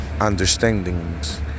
understandings